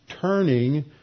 turning